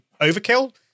overkill